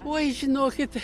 oi žinokit